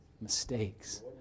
mistakes